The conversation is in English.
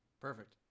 Perfect